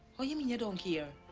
what you mean you don't care?